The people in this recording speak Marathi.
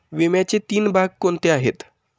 विम्याचे तीन भाग कोणते आहेत?